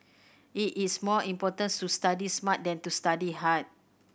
it is more importance to study smart than to study hard